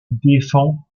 défend